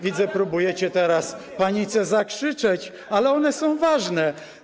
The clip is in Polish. Widzę, że próbujecie teraz w panice je zakrzyczeć, ale one są ważne.